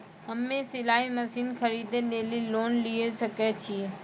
हम्मे सिलाई मसीन खरीदे लेली लोन लिये सकय छियै?